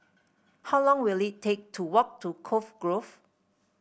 how long will it take to walk to Cove Grove